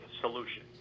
solution